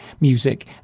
music